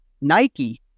Nike